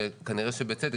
וכנראה שבצדק,